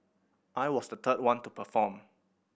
I was the third one to perform